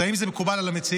האם זה מקובל על המציעים?